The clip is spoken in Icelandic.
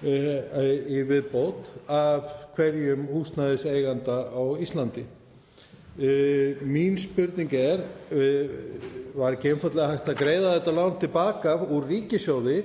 kr. í viðbót af hverjum húsnæðiseiganda á Íslandi. Mín spurning er: Var ekki einfaldlega hægt að greiða þetta lán til baka úr ríkissjóði